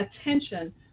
attention